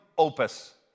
Opus